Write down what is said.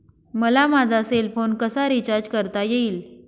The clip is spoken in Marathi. मला माझा सेल फोन कसा रिचार्ज करता येईल?